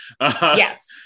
Yes